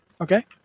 Okay